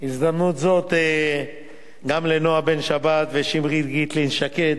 ובהזדמנות זו גם לנועה בן-שבת ושמרית גיטלין-שקד,